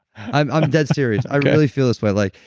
i'm and dead serious. i really feel this for. like